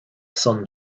sun